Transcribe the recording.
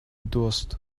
durst